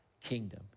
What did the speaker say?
kingdom